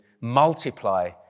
multiply